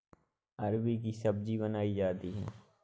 अरबी की सब्जी बनायीं जाती है